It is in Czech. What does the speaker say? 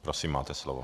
Prosím, máte slovo.